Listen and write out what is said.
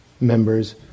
members